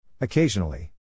Occasionally